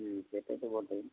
হুম সেটা তো বটেই